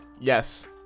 Yes